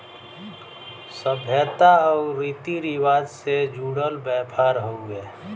सभ्यता आउर रीती रिवाज से जुड़ल व्यापार हउवे